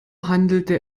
handelte